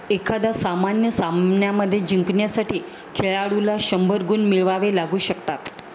एखादा सामान्य सामन्यामध्ये जिंकण्यासाठी खेळाडूला शंभर गुण मिळवावे लागू शकतात